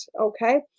Okay